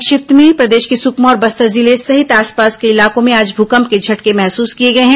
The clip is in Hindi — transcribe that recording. संक्षिप्त समाचार प्रदेश के सुकमा और बस्तर जिले सहित आसपास के इलाकों में आज भूंकप के झटके महसूस किए गए हैं